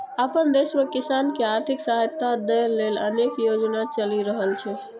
अपना देश मे किसान कें आर्थिक सहायता दै लेल अनेक योजना चलि रहल छै